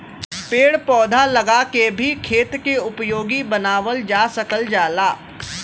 पेड़ पौधा लगा के भी खेत के उपयोगी बनावल जा सकल जाला